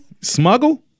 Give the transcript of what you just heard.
Smuggle